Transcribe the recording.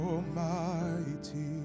Almighty